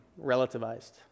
relativized